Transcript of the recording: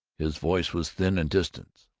his voice was thin and distant.